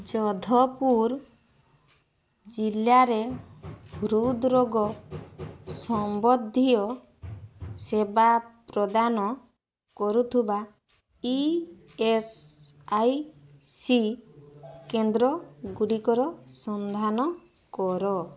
ଯୋଧପୁର ଜିଲ୍ଲାରେ ହୃଦ୍ରୋଗ ସମ୍ବନ୍ଧୀୟ ସେବା ପ୍ରଦାନ କରୁଥିବା ଇ ଏସ୍ ଆଇ ସି କେନ୍ଦ୍ରଗୁଡ଼ିକର ସନ୍ଧାନ କର